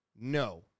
No